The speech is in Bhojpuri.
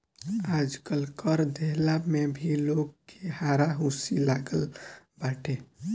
आजकल कर देहला में भी लोग के हारा हुसी लागल बाटे